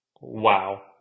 wow